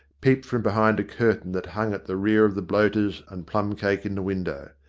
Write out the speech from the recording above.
peeped from behind a curtain that hung at the rear of the bloaters and plumcake in the window.